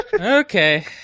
Okay